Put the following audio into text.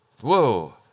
Whoa